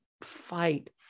fight